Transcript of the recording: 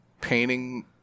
painting